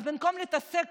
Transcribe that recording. אז במקום להתעסק